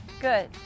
Good